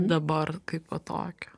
dabar kaip va tokio